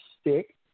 stick